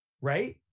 right